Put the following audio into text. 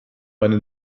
einen